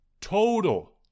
Total